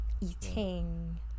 eating